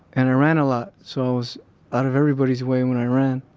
and i ran a lot, so i was out of everybody's way when i ran.